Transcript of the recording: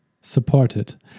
Supported